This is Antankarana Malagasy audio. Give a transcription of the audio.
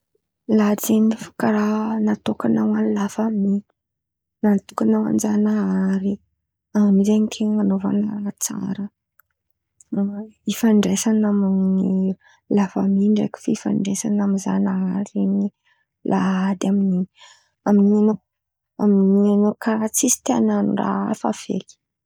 Lahady zen̈y karàha natôkan̈a ho any lafamy, natôkan̈a ho an-jan̈ahary, amin̈'iny zen̈y tian̈a anaovan̈a raha tsara, ifandraisan̈a amy lafamy ndraiky fifandraisan̈a amy zan̈ahary zen̈y lahady de ami- amin̈'iny an̈ao amin̈'iny an̈ao karàha tsisy te an̈ano raha hafa feky.